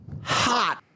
hot